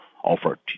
offered